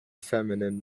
feminine